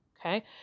Okay